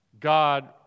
God